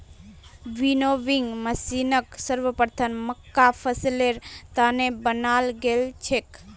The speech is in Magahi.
विनोविंग मशीनक सर्वप्रथम मक्कार फसलेर त न बनाल गेल छेक